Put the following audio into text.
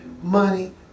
money